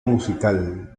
musical